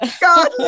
God